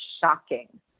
shocking